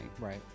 Right